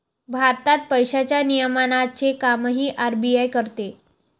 भारतात पैशांच्या नियमनाचे कामही आर.बी.आय करते